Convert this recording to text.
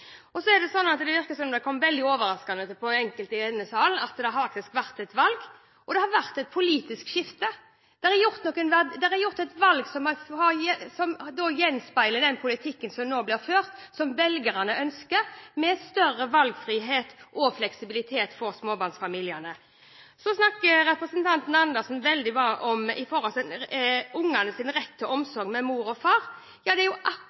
Det virker som om det kom veldig overraskende på enkelte i denne sal at det faktisk har vært et valg, og at det har vært et politisk skifte. Det er blitt gjort et valg som gjenspeiler den politikken som nå blir ført – som velgerne ønsker – med større valgfrihet og fleksibilitet for småbarnsfamiliene. Representanten Andersen snakker veldig varmt om ungenes rett til omsorg fra mor og far. Ja, det er jo